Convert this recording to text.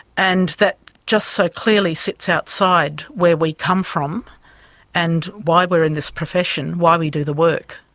and that just so clearly sits outside where we come from and why we are in this profession, why we do the work.